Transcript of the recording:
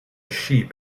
sheep